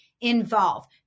involve